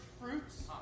fruits